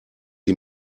sie